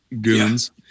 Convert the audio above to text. goons